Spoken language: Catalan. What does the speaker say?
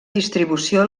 distribució